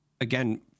again